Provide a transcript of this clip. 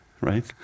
right